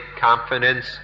confidence